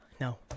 No